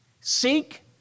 Seek